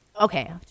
Okay